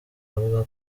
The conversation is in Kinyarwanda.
avuga